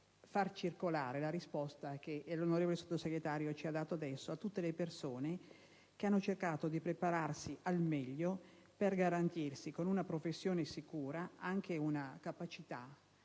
far circolare la risposta che l'onorevole Sottosegretario ci ha fornito adesso fra tutte le persone che hanno cercato di prepararsi al meglio per garantirsi, con una professione sicura, anche una capacità